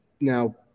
now